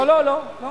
לא, לא, לא.